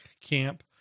camp